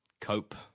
Cope